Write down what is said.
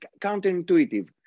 counterintuitive